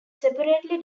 separately